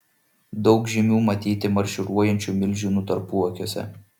daug žymių matyti marširuojančių milžinų tarpuakiuose